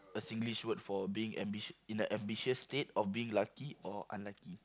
a Singlish word for being ambi~ in a ambitious state of being lucky or unlucky